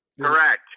Correct